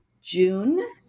June